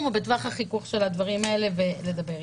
או בטווח החיכוך של הדברים האלה ולדבר אתם.